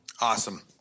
Awesome